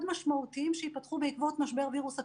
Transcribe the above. משמעותיים שייפתחו בעקבות משבר וירוס הקורונה.